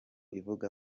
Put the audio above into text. ivuga